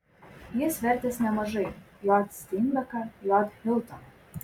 jis vertęs nemažai j steinbeką j hiltoną